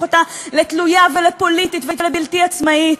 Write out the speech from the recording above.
אותה לתלויה ולפוליטית ולבלתי עצמאית,